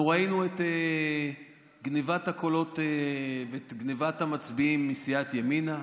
אנחנו ראינו את גנבת הקולות ואת גנבת המצביעים מסיעת ימינה,